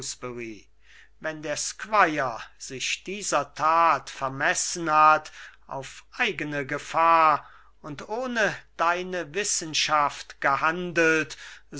wenn der squire sich dieser tat vermessen hat auf eigene gefahr und ohne deine wissenschaft gehandelt